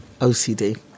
OCD